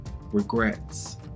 regrets